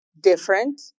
different